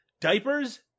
Diapers